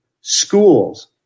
schools